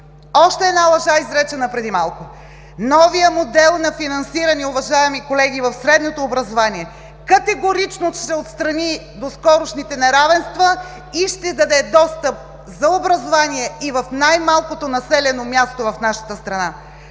Още една лъжа, изречена преди малко. Новият модел на финансиране, уважаеми колеги, в средното образование категорично ще отстрани доскорошните неравенства и ще даде достъп за образование и в най-малкото населено място в нашата страна.